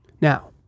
Now